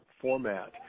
format